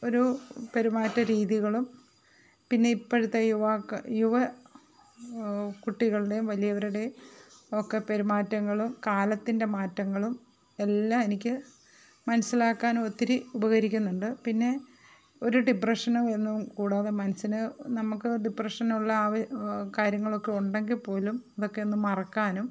ഒരു പെരുമാറ്റ രീതികളും പിന്നെ ഇപ്പോഴത്തെ യുവാക്കൾ യുവ കുട്ടികളുടേയും വലിയവരുടേയും ഒക്കെ പെരുമാറ്റങ്ങളും കാലത്തിന്റെ മാറ്റങ്ങളും എല്ലാം എനിക്ക് മനസ്സിലാക്കാന് ഒത്തിരി ഉപകരിക്കുന്നുണ്ട് പിന്നെ ഒരു ഡിപ്രഷനും ഒന്നും കൂടാതെ മനസ്സിനെ നമുക്ക് ഡിപ്രഷനുള്ള ആ കാര്യങ്ങളൊക്കെ ഉണ്ടെങ്കിൽ പോലും അതൊക്കെ ഒന്നു മറക്കാനും